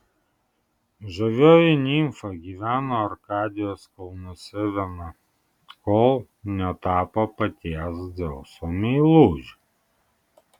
žavioji nimfa gyveno arkadijos kalnuose viena kol netapo paties dzeuso meiluže